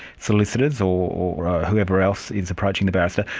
solicitors or whoever else is approaching the barrister,